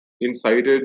incited